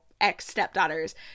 ex-stepdaughters